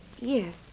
Yes